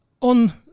On